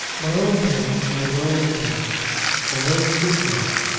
my own boy my darling boy my own true gentleman!